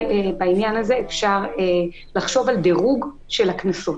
בעניין הזה אפשר לחשוב על דירוג של הקנסות,